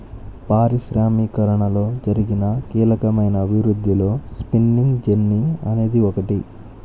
పారిశ్రామికీకరణలో జరిగిన కీలకమైన అభివృద్ధిలో స్పిన్నింగ్ జెన్నీ అనేది ఒకటి